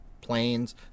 planes